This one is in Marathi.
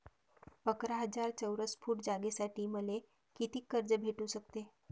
अकरा हजार चौरस फुट जागेसाठी मले कितीक कर्ज भेटू शकते?